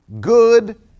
good